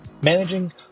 managing